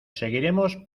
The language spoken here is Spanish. seguiremos